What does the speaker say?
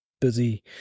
busy